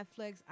Netflix